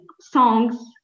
Songs